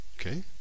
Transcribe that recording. Okay